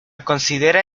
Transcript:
considera